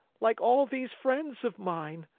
like all these friends of mine!